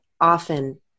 often